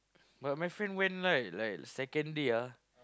but my friend went like like second day ah